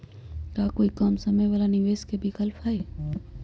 का कोई कम समय वाला निवेस के विकल्प हई?